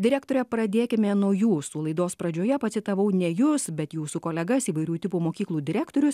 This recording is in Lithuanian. direktore pradėkime nuo jūsų laidos pradžioje pacitavau ne jus bet jūsų kolegas įvairių tipų mokyklų direktorius